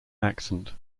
accent